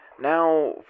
Now